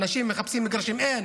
האנשים מחפשים מגרשים, אין